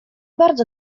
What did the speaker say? bardzo